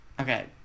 Okay